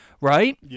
right